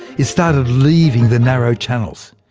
it started leaving the narrow channels.